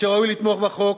שראוי לתמוך בחוק.